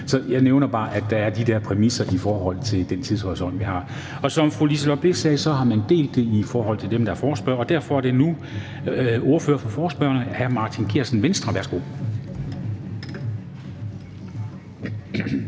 Så jeg nævner bare, at der er de her præmisser med den tidshorisont, vi har. Som fru Liselott Blixt sagde, har man delt det i forhold til dem, der er forespørgere, og derfor er det nu ordføreren for forespørgerne, hr. Martin Geertsen, Venstre. Værsgo.